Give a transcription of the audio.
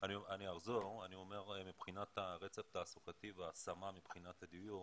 אני מדבר על הרצף התעסוקתי ועל ההשמה מבחינת הדיור.